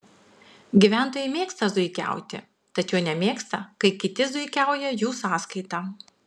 gyventojai mėgsta zuikiauti tačiau nemėgsta kai kiti zuikiauja jų sąskaita